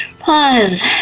Pause